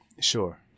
Sure